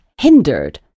hindered